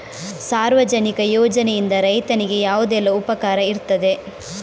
ಸಾರ್ವಜನಿಕ ಯೋಜನೆಯಿಂದ ರೈತನಿಗೆ ಯಾವುದೆಲ್ಲ ಉಪಕಾರ ಇರ್ತದೆ?